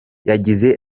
yagize